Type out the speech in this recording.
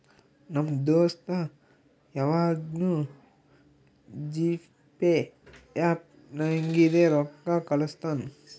ನಮ್ ದೋಸ್ತ ಯವಾಗ್ನೂ ಜಿಪೇ ಆ್ಯಪ್ ನಾಗಿಂದೆ ರೊಕ್ಕಾ ಕಳುಸ್ತಾನ್